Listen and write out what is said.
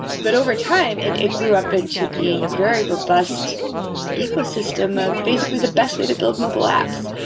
but over time, it it grew up into being a very robust ecosystem of basically the best way to build mobile apps.